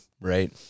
Right